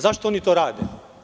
Zašto oni to rade?